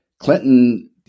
Clinton